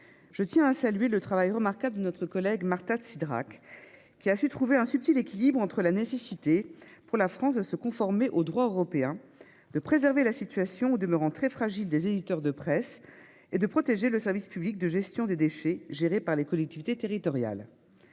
Je tiens à saluer le travail remarquable de notre collègue Marta de Cidrac, qui a su trouver un subtil équilibre entre la nécessité, pour la France, de se conformer au droit européen, de préserver la situation, au demeurant très fragile, des éditeurs de presse et de protéger le service public de gestion des déchets, géré par les collectivités territoriales.